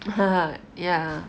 ya